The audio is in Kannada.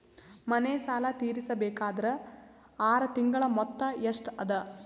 ಮನೆ ಸಾಲ ತೀರಸಬೇಕಾದರ್ ಆರ ತಿಂಗಳ ಮೊತ್ತ ಎಷ್ಟ ಅದ?